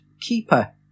Keeper